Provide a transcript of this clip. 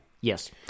Yes